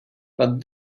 but